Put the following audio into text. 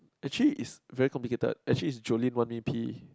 actually is very complicated actually is Julin want me P